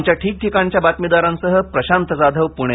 आमच्या ठिकठिकाणच्या बातमीदारांसह प्रशांत जाधव पूणे